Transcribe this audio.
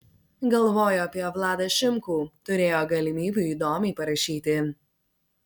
galvojo apie vladą šimkų turėjo galimybių įdomiai parašyti